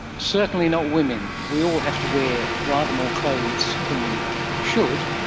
certainly not women. we all have to wear rather more clothes than we should,